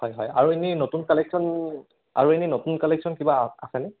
হয় হয় আৰু এনেই নতুন কালেকশ্যন আৰু এনেই নতুন কালেকশ্যন কিবা আছেনে